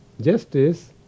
justice